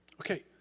Okay